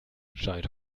scheint